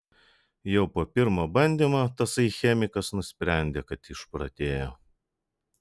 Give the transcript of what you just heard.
jau po pirmo bandymo tasai chemikas nusprendė kad išprotėjo